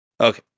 Okay